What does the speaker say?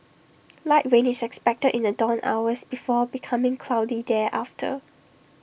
light rain is expected in the dawn hours before becoming cloudy thereafter